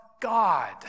God